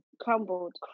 Crumbled